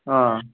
अ